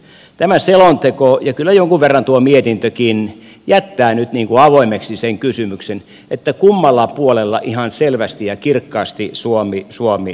tämä selonteko ja kyllä jonkun verran tuo mietintökin jättää nyt avoimeksi sen kysymyksen kummalla puolella ihan selvästi ja kirkkaasti suomi tässä on